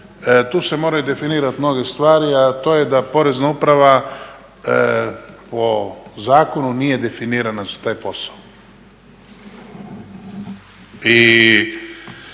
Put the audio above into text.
tu se moraju definirat mnoge stvari, a to je da Porezna uprava po zakonu nije definirana za taj posao.